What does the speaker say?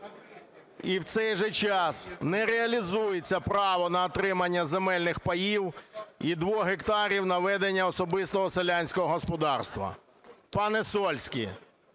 І в цей же час не реалізується право на отримання земельних паїв і 2 гектарів на ведення особистого селянського господарства.